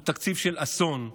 הוא תקציב של אסון,